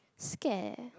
scared eh